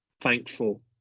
thankful